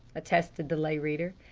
attested the lay reader.